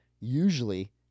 usually